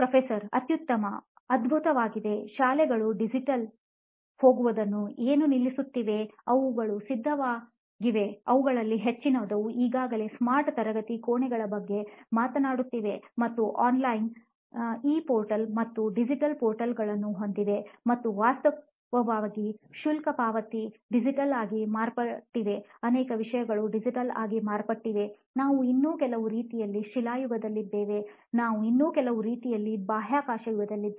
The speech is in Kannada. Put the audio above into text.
ಪ್ರೊಫೆಸರ್ ಅತ್ಯುತ್ತಮ ಅದ್ಭುತವಾಗಿದೆ ಶಾಲೆಗಳು ಡಿಜಿಟಲ್ ಹೋಗುವುದನ್ನು ಏನು ನಿಲ್ಲಿಸುತ್ತಿದೆ ಅವುಗಳು ಸಿದ್ಧವಾಗಿವೆ ಅವುಗಳಲ್ಲಿ ಹೆಚ್ಚಿನವು ಈಗಾಗಲೇ ಸ್ಮಾರ್ಟ್ ತರಗತಿ ಕೋಣೆಗಳ ಬಗ್ಗೆ ಮಾತನಾಡುತ್ತಿವೆ ಮತ್ತು ಆನ್ಲೈನ್ ಇ ಪೋರ್ಟಲ್ ಮತ್ತು ಡಿಜಿಟಲ್ ಪೋರ್ಟಲ್ಗಳನ್ನು ಹೊಂದಿವೆ ಮತ್ತು ವಾಸ್ತವವಾಗಿ ಶುಲ್ಕ ಪಾವತಿ ಡಿಜಿಟಲ್ ಆಗಿ ಮಾರ್ಪಟ್ಟಿದೆ ಅನೇಕ ವಿಷಯಗಳು ಡಿಜಿಟಲ್ ಆಗಿ ಮಾರ್ಪಟ್ಟಿವೆ ನಾವು ಇನ್ನೂ ಕೆಲವು ರೀತಿಯಲ್ಲಿ ಶಿಲಾಯುಗದಲ್ಲಿದ್ದೇವೆ ನಾವು ಇನ್ನೂ ಕೆಲವು ರೀತಿಯಲ್ಲಿ ಬಾಹ್ಯಾಕಾಶ ಯುಗದಲ್ಲಿದ್ದೇವೆ